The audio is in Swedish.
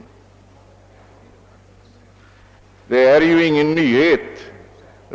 Det yrkandet innebär ju ingen nyhet.